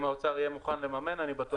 אם האוצר יהיה מוכן לממן, אני בטוח.